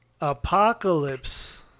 apocalypse